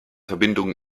verbindungen